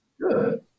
Good